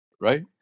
Right